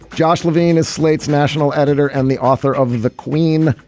josh levine is slate's national editor and the author of the queen.